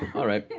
all right.